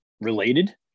Related